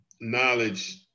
knowledge